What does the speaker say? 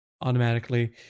automatically